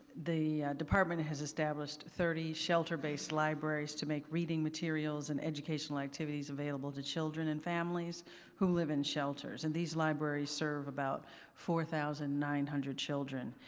the department has established thirty shelter based libraries to make reading materials and educational activities available to children and families who lived in shelters. and these libraries served about four thousand nine hundred children.